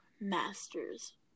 masters